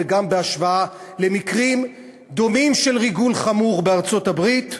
וגם בהשוואה למקרים דומים של ריגול חמור בארצות-הברית,